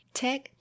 tech